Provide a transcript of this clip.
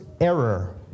error